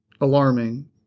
alarming